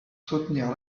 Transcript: soutenir